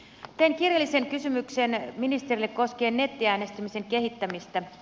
tein kirjallisen kysymyksen ministerille koskien nettiäänestämisen kehittämistä